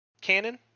canon